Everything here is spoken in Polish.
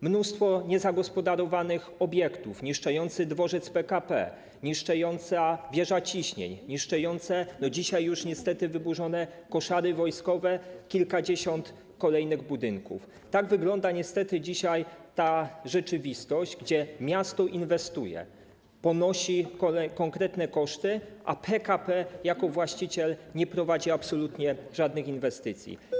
Mnóstwo niezagospodarowanych obiektów, niszczejący dworzec PKP, niszczejąca wieża ciśnień, niszczejące, dzisiaj już niestety wyburzone koszary wojskowe, kilkadziesiąt kolejnych budynków - tak niestety wygląda ta rzeczywistość, w której miasto inwestuje, ponosi konkretne koszty, a PKP jako właściciel nie prowadzi absolutnie żadnych inwestycji